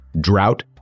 drought